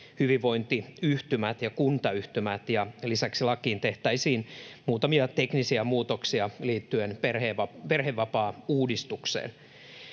hyvinvointiyhtymät ja kuntayhtymät ja lisäksi lakiin tehtäisiin muutamia teknisiä muutoksia liittyen perhevapaauudistukseen.